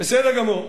בסדר גמור.